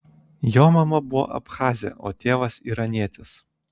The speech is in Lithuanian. jo mama buvo abchazė o tėvas iranietis